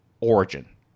origin